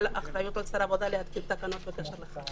אחריות על שר העבודה להתקין תקנות בקשר לחוק.